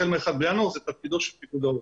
החל מה-1 בינואר זה תפקידו של פיקוד העורף.